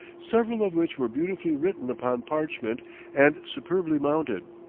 several of which were beautifully written upon parchment and superbly mounted.